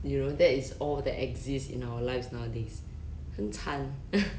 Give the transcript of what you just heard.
that is all that exist in our lives nowadays 很惨